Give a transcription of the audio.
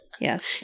Yes